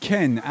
Ken